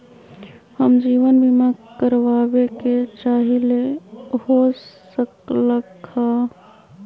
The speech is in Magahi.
हम जीवन बीमा कारवाबे के चाहईले, हो सकलक ह?